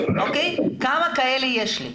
כמה כאלה יש לי.